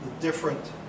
different